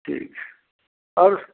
ठीक है और